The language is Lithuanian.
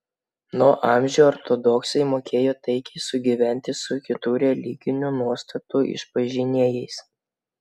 nuo amžių ortodoksai mokėjo taikiai sugyventi su kitų religinių nuostatų išpažinėjais